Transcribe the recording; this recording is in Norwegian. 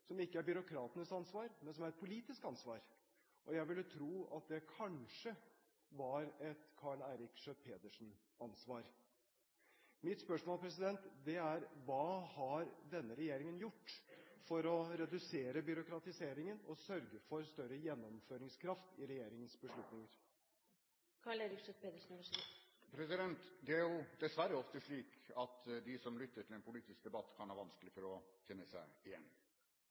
som ikke er byråkratenes ansvar, men som er et politisk ansvar – og jeg ville tro at det kanskje var et Karl Eirik Schjøtt-Pedersen-ansvar. Mitt spørsmål er: Hva har denne regjeringen gjort for å redusere byråkratiseringen og sørge for større gjennomføringskraft i regjeringens beslutninger? Det er dessverre ofte slik at de som lytter til en politisk debatt, kan ha vanskelig for å kjenne seg igjen.